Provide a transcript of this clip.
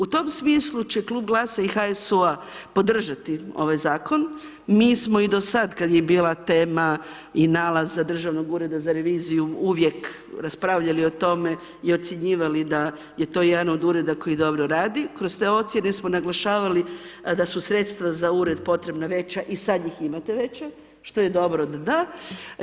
U tom smislu će Klub GLAS-a i HSU-a podržati ovaj zakon, mi smo i dosad kad je bila tema i nalaza Državnog ureda za reviziju uvijek raspravljali o tome i ocjenjivali da je to jedan od ureda koji dobro radi, kroz te ocjene smo naglašavali da su sredstva za ured potrebna veća i sad ih imate veća, što je dobro, da, da.